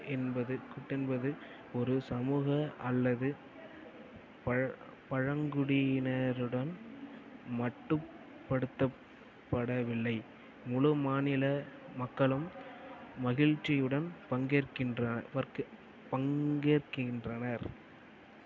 good என்பது குட் என்பது ஒரு சமூகம் அல்லது பழங் பழங்குடியினருடன் மட்டுப்படுத்தப்படவில்லை முழு மாநில மக்களும் மகிழ்ச்சியுடன் பங்கேற்கின்றனர்